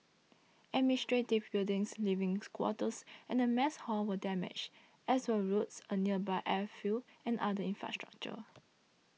administrative buildings livings quarters and a mess hall were damaged as were roads a nearby airfield and other infrastructure